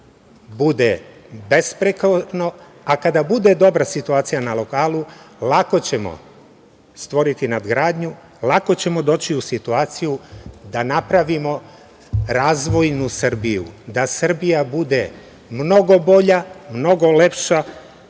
bude besprekorno, a kada bude dobra situacija na lokalu, lako ćemo stvoriti nadgradnju, lako ćemo doći u situaciju da napravimo razvojnu Srbiju, da Srbija bude mnogo bolja, mnogo lepša